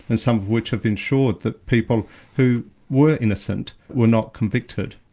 and some of which have ensured, that people who were innocent were not convicted.